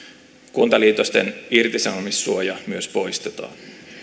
kuntaliitosten irtisanomissuoja myös poistetaan